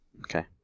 Okay